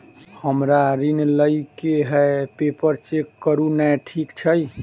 हमरा ऋण लई केँ हय पेपर चेक करू नै ठीक छई?